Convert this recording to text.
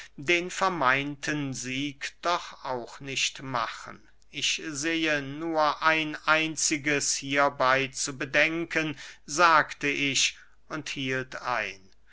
den vermeinten sieg doch auch nicht machen ich sehe nur ein einziges hierbey zu bedenken sagte ich und hielt ein